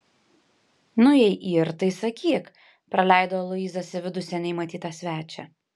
nu jei yr tai sakyk praleido aloyzas į vidų seniai matytą svečią